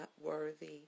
worthy